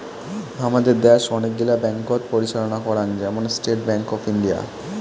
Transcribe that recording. হামাদের দ্যাশ অনেক গিলা ব্যাঙ্ককোত পরিচালনা করাং, যেমন স্টেট ব্যাঙ্ক অফ ইন্ডিয়া